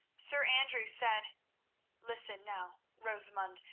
sir andrew said listen now, rosamund,